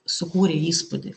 sukūrė įspūdį